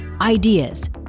Ideas